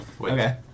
Okay